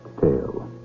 tale